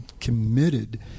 committed